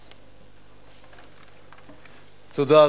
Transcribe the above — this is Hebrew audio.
תודה.